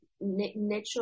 natural